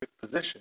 position